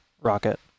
rocket